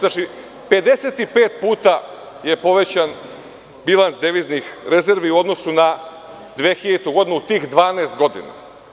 Znači, 55 puta je povećan bilans deviznih rezervi u odnosu na 2000. godinu u tih 12 godina.